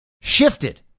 shifted